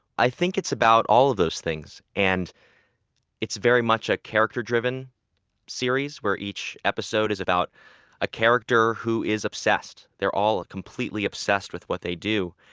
i think it's about all of those things. and it's very much a character-driven series, where each episode is about a character who is obsessed. they're all completely obsessed with what they do.